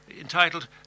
entitled